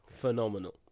phenomenal